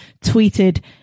tweeted